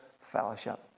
fellowship